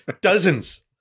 Dozens